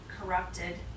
corrupted